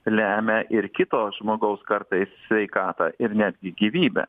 lemia ir kito žmogaus kartais sveikatą ir netgi gyvybę